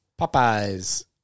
Popeye's